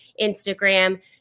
Instagram